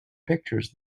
pictures